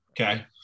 Okay